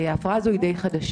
ההפרעה הזו היא די חדשה,